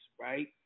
right